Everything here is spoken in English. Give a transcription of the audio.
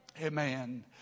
Amen